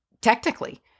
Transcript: technically